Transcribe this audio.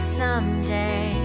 someday